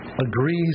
agrees